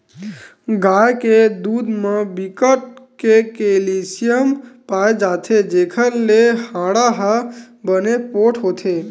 गाय के दूद म बिकट के केल्सियम पाए जाथे जेखर ले हाड़ा ह बने पोठ होथे